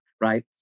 right